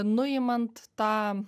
nuimant tą